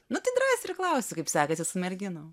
nu tai drąsiai ir klausiu kaip sekasi su merginom